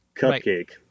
Cupcake